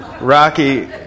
Rocky